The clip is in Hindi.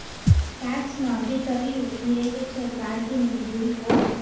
टैक्स माफी तभी होती है जब सरकार की मंजूरी हो